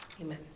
amen